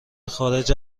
خارج